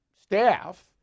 staff